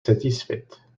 satisfaite